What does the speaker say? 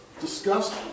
discussed